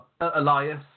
Elias